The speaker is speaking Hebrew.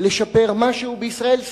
לשפר משהו בישראל.